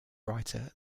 writer